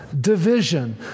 division